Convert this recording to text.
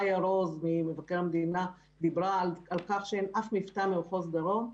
מאיה רוז ממבקר המדינה דיברה על כך שאין אף מפתן במחוז דרום.